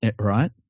right